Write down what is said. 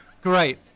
Great